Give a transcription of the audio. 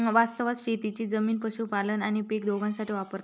वास्तवात शेतीची जमीन पशुपालन आणि पीक दोघांसाठी वापरतत